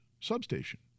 substation